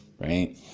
right